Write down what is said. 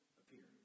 appear